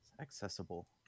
accessible